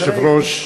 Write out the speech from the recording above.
אדוני היושב-ראש,